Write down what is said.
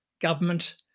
government